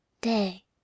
day